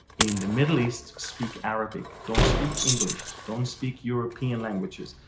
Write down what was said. in the middle east speak arabic, don't speak english, don't speak european languages.